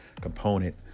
component